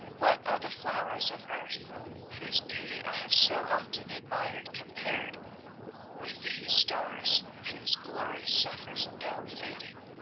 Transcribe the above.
what are the flowers of earth whose beauty i have so often admired compared with these stars, whose glory suffers no fading?